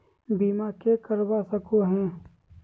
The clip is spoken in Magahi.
बीमा के करवा सको है?